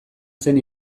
zen